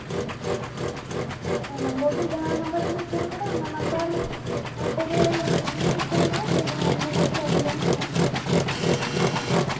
ᱦᱮᱸ ᱱᱚᱢᱵᱚᱨ ᱫᱚ ᱡᱟᱦᱟᱸ ᱱᱟᱢᱵᱚᱨ ᱛᱮᱞᱤᱧ ᱯᱷᱳᱱ ᱟᱠᱟᱫᱟ ᱚᱱᱟ ᱱᱟᱢᱵᱟᱨ ᱛᱮᱜᱮ ᱠᱚ ᱯᱷᱳᱱᱢᱟ ᱡᱟᱦᱟᱸᱭ ᱮᱢᱵᱩᱞᱮᱱᱥ ᱮ ᱟᱹᱜᱩᱭᱟ ᱱᱟᱜᱠᱷᱟᱱ